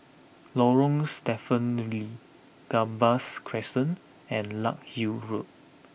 Lorong Stephen Lee Gambas Crescent and Larkhill Road